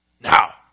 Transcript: Now